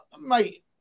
mate